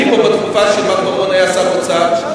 הייתי פה בתקופה שמר בר-און היה שר האוצר,